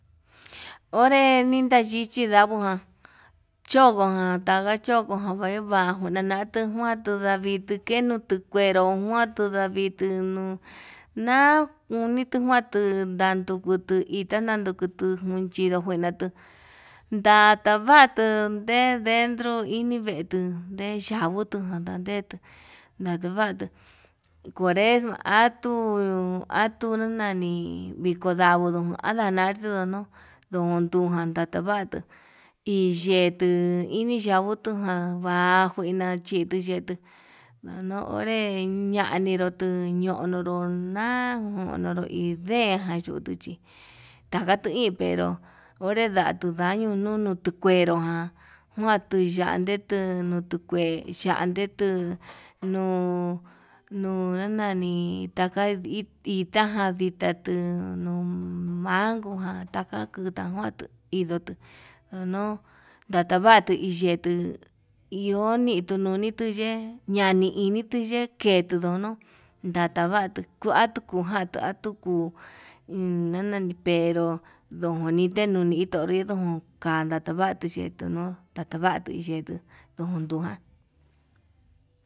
Onre nintaxhichi ndavján chokoján ndaga chokoján itadevo njuaju nanatu njuantu, ndavite kenotu nguero ndavitu nuu na'a onitu njuantu nandukutu itá nandukutu uun chindó natuu, ndatavatu nde dentro ini vee tuu ndeyanjutu nandadetu ndanuvatu, cuaresma atu atu nani viko ndavuu ndo'on anarta no'o dontu tatavatu iyetuu ini yanguu tuján va njuna chituu yetuu, nunu onré ñaninu tuu ñonriono na'a nonrodo indeján nayutu chí taka tuu hi pero konre ndatu ndañuu nun tukuero ján, kuanduu yandetu kutukue yanditu nuu nuu nani taka itá jan dita ndi nuu banco ján kuta kuandu iduu tuu nonu ndatavatu yetuu iho dituu noni tuyee, ñani ini tuu ye'e yetudono ndadavatu kuatu kuvatu kuu emm nanani pero ndojoni nitenuni ndonkanda tavatu, yetuu nuu tatavatu yetu nduntuján.